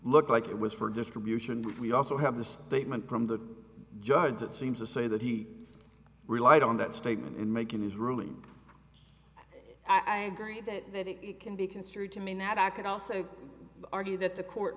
look like it was for distribution we also have the statement from the judge that seems to say that he relied on that statement in making his ruling i agree that that it can be construed to mean that i could also argue that the court